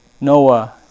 Noah